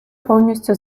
повністю